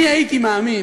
אני הייתי מאמין,